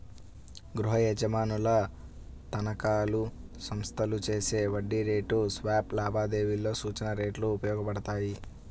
గృహయజమానుల తనఖాలు, సంస్థలు చేసే వడ్డీ రేటు స్వాప్ లావాదేవీలలో సూచన రేట్లు ఉపయోగపడతాయి